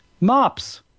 Mops